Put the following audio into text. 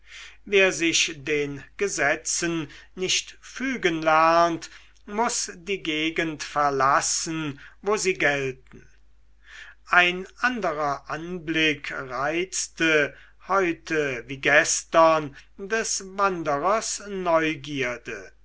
wer sich den gesetzen nicht fügen lernt muß die gegend verlassen wo sie gelten ein anderer anblick reizte heute wie gestern des wanderers neugierde